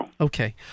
Okay